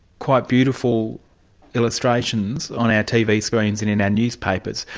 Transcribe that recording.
quite beautiful illustrations on our tv screens and in our newspapers,